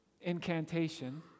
incantation